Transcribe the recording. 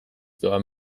doan